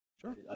Sure